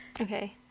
Okay